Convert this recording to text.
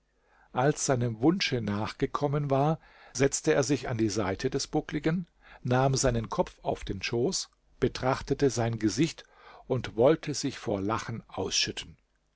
als seinem wunsche nachgekommen war setzte er sich an die seite des buckligen nahm seinen kopf auf den schoß betrachtete sein gesicht und wollte sich vor lachen ausschütten